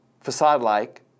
Facade-like